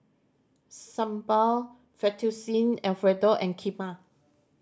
Sambar Fettuccine Alfredo and Kheema